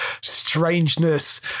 strangeness